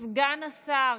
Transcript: סגן השר